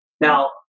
Now